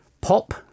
pop